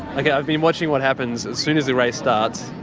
like yeah i've been watching what happens, as soon as the race starts,